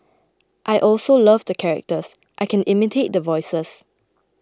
I also love the characters I can imitate the voices